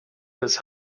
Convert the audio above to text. his